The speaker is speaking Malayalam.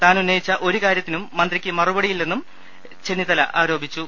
താൻ ഉന്ന യിച്ച ഒരു കാര്യത്തിനും മന്ത്രിക്ക് മറുപടിയില്ലെന്നും ചെന്നിത്തല ആരോപിച്ചു